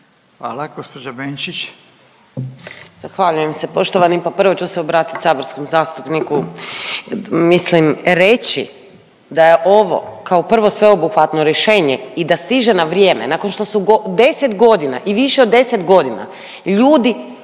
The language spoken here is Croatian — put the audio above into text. Sandra (Možemo!)** Zahvaljujem se. Poštovani, pa prvo ću se obratit saborskom zastupniku, mislim reći da je ovo kao prvo sveobuhvatno rješenje i da stiže na vrijeme nakon što su 10.g. i više od 10.g. ljudi